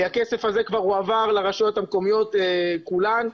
הכסף הזה כבר הועבר לרשויות המקומיות, לכולן.